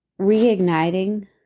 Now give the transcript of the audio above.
reigniting